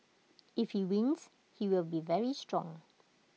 if you wins he will be very strong